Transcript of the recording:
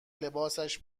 لباسش